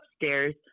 upstairs